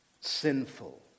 sinful